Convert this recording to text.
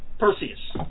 Perseus